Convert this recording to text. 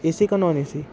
AC का non AC